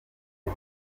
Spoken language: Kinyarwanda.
ubu